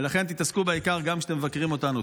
ולכן תתעסקו בעיקר גם כשאתם מבקרים אותנו.